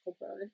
bird